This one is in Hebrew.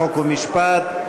חוק ומשפט.